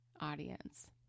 audience